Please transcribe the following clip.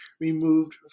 removed